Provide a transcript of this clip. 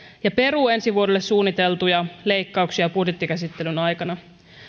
ja peruu ensi vuodelle suunniteltuja leikkauksia budjettikäsittelyn aikana